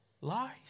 life